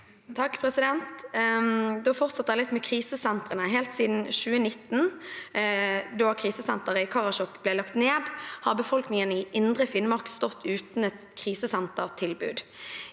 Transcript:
(R) Da fortsetter jeg litt med krisesentrene. Helt siden 2019, da krisesenteret i Karasjok ble lagt ned, har befolkningen i indre Finnmark stått uten et krisesentertilbud.